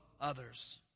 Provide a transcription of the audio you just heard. others